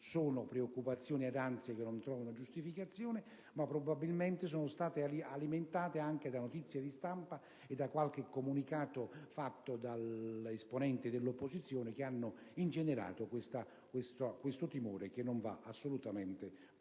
di preoccupazioni ed ansie che non trovano giustificazione, probabilmente alimentate anche da notizie di stampa e da qualche comunicato degli esponenti dell'opposizione che hanno ingenerato un timore che non va assolutamente condiviso.